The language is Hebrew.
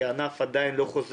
כי הענף עדיין לא חוזר.